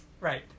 Right